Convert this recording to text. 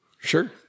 sure